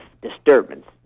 disturbance